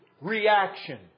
Reaction